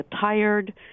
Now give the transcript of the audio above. tired